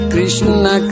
Krishna